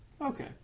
Okay